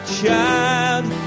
child